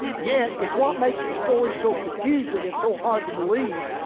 yet it's what makes the story so confusing and so hard to believe,